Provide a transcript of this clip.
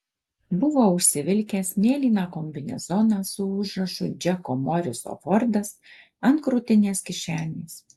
buvo užsivilkęs mėlyną kombinezoną su užrašu džeko moriso fordas ant krūtinės kišenės